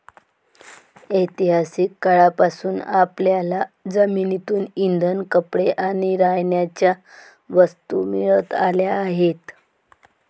ऐतिहासिक काळापासून आपल्याला जमिनीतून इंधन, कपडे आणि राहण्याच्या वस्तू मिळत आल्या आहेत